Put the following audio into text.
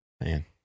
Man